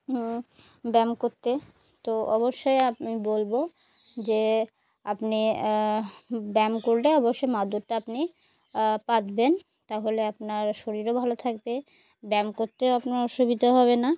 ব্যায়াম করতে তো অবশ্যই আমি বলবো যে আপনি ব্যায়াম করলে অবশ্যই মাদুরটা আপনি পাতবেন তাহলে আপনার শরীরও ভালো থাকবে ব্যায়াম করতেও আপনার অসুবিধা হবে না